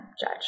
judge